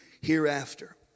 hereafter